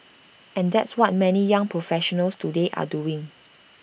and that's what many young professionals today are doing